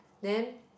then